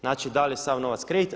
Znači da li je sav novac kredit.